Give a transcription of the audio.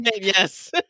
Yes